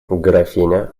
графиня